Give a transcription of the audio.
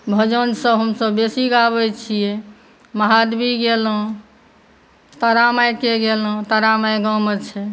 भजनसभ हमसभ बेसी गाबै छियै महादेवक गेलहुँ तारा मायक गीत गेलहुँ तारा माय गाँवमे छै